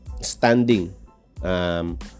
standing